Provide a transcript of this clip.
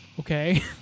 okay